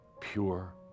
pure